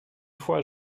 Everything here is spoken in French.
fois